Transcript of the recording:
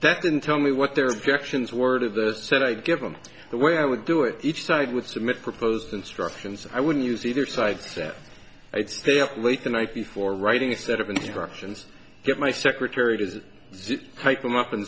that didn't tell me what their objections word of the said i'd give them the way i would do it each side with submit proposed instructions i wouldn't use either side that i'd stay up late the night before writing a set of instructions get my secretary to type them up and